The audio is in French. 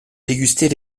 déguster